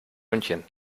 münchen